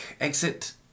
exit